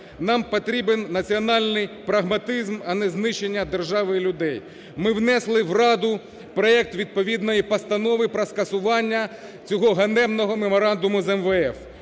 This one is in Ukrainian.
Нам потрібен національний прагматизм, а не знищення держави і людей. Ми внесли в Раду проект відповідної постанови про скасування цього ганебного меморандуму з МВФ.